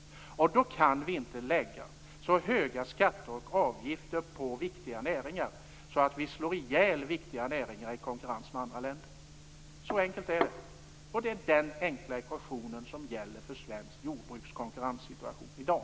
Vi kan då inte lägga så höga skatter och avgifter på viktiga näringar att vi slår ihjäl dem i konkurrensen med andra länder. Så enkelt är det. Det är den enkla ekvation som gäller för svenskt jordbruks konkurrenssituation i dag.